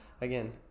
again